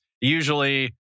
Usually